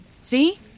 see